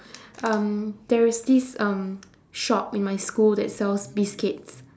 um there is this um shop in my school that sells biscuits